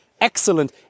excellent